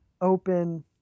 open